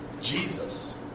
Jesus